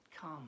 come